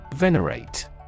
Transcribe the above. Venerate